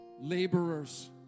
laborers